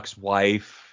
wife